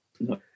No